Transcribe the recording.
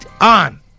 on